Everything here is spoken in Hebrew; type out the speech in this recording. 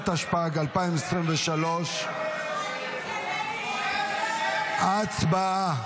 התשפ"ג 2023. הצבעה.